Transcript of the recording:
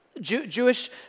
Jewish